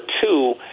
two